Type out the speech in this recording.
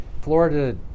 Florida